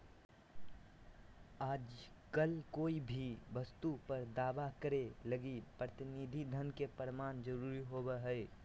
आजकल कोय भी वस्तु पर दावा करे लगी प्रतिनिधि धन के प्रमाण जरूरी होवो हय